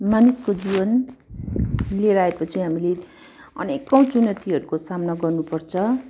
मानिसको जीवन लिएर आएपछि हामीले अनेकौँ चुनौतीहरूको सामना गर्नुपर्छ